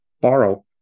borrow